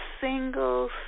single